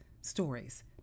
stories